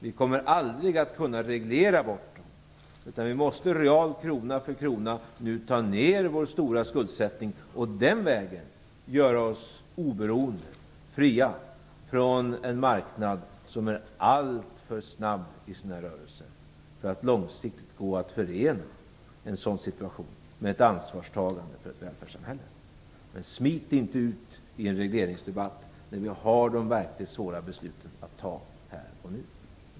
Vi kommer aldrig att kunna reglera bort, utan vi måste realt krona för krona nu ta ner vår stora skuldsättning och den vägen göra oss oberoende, fria från en marknad som är alltför snabb i sina rörelser för att långsiktigt gå att förena i en sådan situation med ett ansvarstagande för ett välfärdssamhälle. Smit inte ut i en regleringsdebatt när vi har de verkligt svåra besluten att fatta här och nu.